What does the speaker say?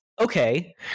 okay